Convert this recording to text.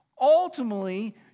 ultimately